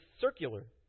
circular